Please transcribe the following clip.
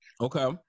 Okay